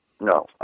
No